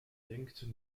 denkt